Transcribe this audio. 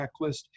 checklist